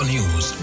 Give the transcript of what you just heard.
News